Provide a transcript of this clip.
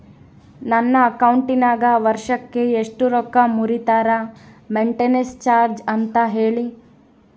ನನ್ನ ಅಕೌಂಟಿನಾಗ ವರ್ಷಕ್ಕ ಎಷ್ಟು ರೊಕ್ಕ ಮುರಿತಾರ ಮೆಂಟೇನೆನ್ಸ್ ಚಾರ್ಜ್ ಅಂತ ಹೇಳಿ?